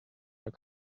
are